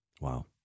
wow